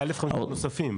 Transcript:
ה-1,500 נוספים.